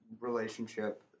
relationship